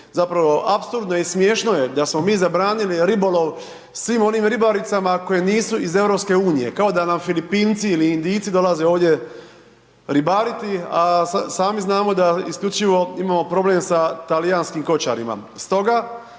Zapravo apsolutno je i smiješno je da smo mi zabranili ribolov svim onim ribaricama koje nisu iz EU, kao da nam Filipinci ili Indijci dolaze ovdje ribariti, a sami znamo da isključivo imamo problem sa talijanskim kočarima.